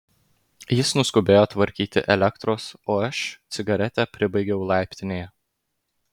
jis nuskubėjo tvarkyti elektros o aš cigaretę pribaigiau laiptinėje